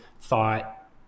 thought